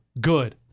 good